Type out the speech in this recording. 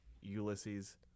ulysses